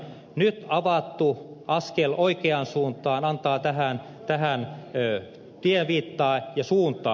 nyt avattu askel oikeaan suuntaan antaa tähän tienviittaa ja suuntaa